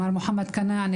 מר מוחמד כנעני,